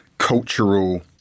Cultural